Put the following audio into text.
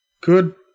Good